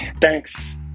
Thanks